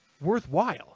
worthwhile